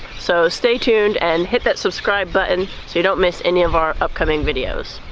so stay tuned and hit that subscribe button, so you don't miss any of our upcoming videos